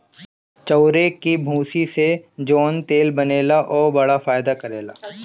चाउरे के भूसी से जवन तेल बनेला उहो बड़ा फायदा करेला